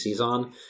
on